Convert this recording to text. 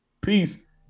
Peace